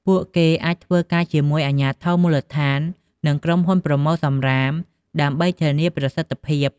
ពួកគេអាចធ្វើការជាមួយអាជ្ញាធរមូលដ្ឋាន និងក្រុមហ៊ុនប្រមូលសំរាមដើម្បីធានាប្រសិទ្ធភាព។